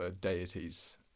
deities